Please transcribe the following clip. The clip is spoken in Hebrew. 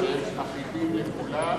אחידים לכולם,